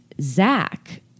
Zach